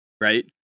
right